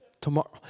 Tomorrow